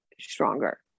stronger